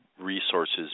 resources